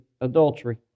adultery